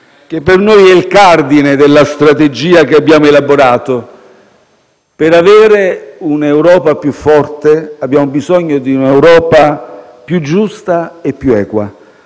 che per noi è il cardine della strategia che abbiamo elaborato: per avere un'Europa più forte, abbiamo bisogno di un'Europa più giusta e più equa.